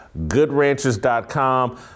GoodRanchers.com